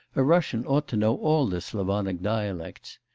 a russian ought to know all the slavonic dialects.